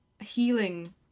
healing